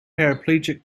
paraplegic